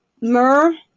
Myrrh